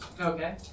Okay